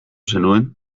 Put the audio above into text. zenuen